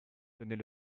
tenait